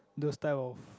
those type of